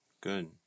Good